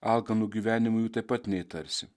alkanu gyvenimu jų taip pat neįtarsi